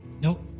Nope